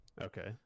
Okay